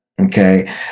Okay